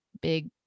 big